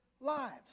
lives